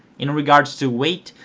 in regards to weight,